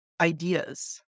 ideas